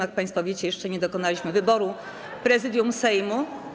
Jak państwo wiecie, jeszcze nie dokonaliśmy wyboru Prezydium Sejmu.